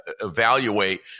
Evaluate